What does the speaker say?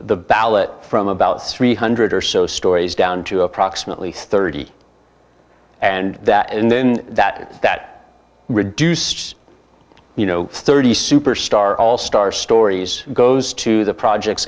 the ballot from about three hundred dollars or so stories down to approximately thirty and that and then that and that reduced you know thirty superstar all star stories goes to the project